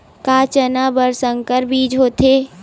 का चना बर संकर बीज होथे?